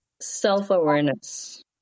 Self-awareness